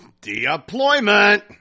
Deployment